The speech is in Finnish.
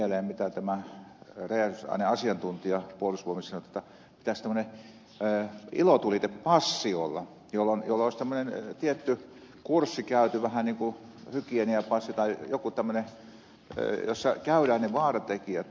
sekin juolahti mieleen mitä tämä räjähdysaineasiantuntija puolustusvoimista sanoi että pitäisi tämmöinen ilotulitepassi olla jolloin olisi tietty kurssi käyty vähän niin kuin hygieniapassi tai joku tämmöinen jossa käydään ne vaaratekijät läpi